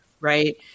Right